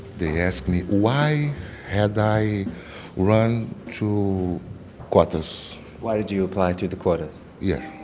they asked me, why had i run to quotas? why did you apply through the quotas? yeah,